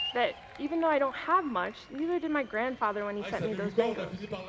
that even though i don't have much, neither did my grandfather when he sent me those mangos.